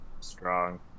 strong